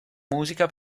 musica